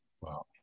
Wow